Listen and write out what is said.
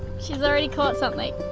she's already caught something.